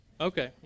Okay